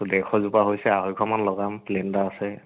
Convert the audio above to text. দেৰশ জোপা হৈছে আঢ়ৈশমান লগাম প্লেন এটা আছে